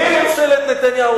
מי בממשלת נתניהו,